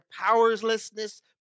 powerlessness